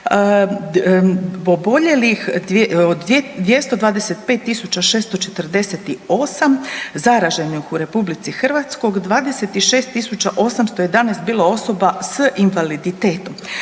oboljelih od 225.648 zaraženih u RH 26.811 bilo osoba s invaliditetom.